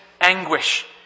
anguish